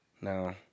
No